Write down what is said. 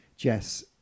jess